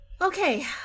Okay